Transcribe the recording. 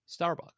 Starbucks